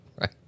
right